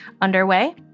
underway